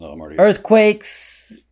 earthquakes